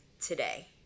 today